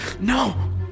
no